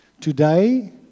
Today